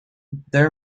there